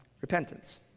repentance